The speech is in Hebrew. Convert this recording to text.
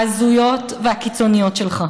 ההזויות והקיצוניות שלך.